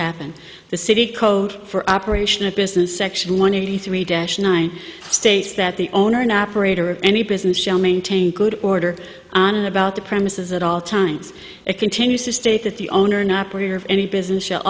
happen the city code for operation of business section one eighty three dash nine states that the owner and operator of any business shall maintain good order on about the premises at all times it continues to state that the owner an operator of any business sh